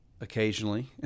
occasionally